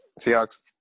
Seahawks